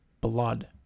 Blood